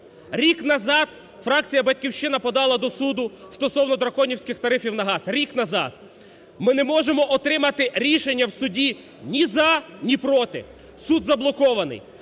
Рік назад фракція "Батьківщина" подала до суду стосовно драконівських тарифів на газ. Рік назад! Ми не можемо отримати рішення в суді ні "за", ні "проти". Суд заблокований.